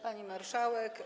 Pani Marszałek!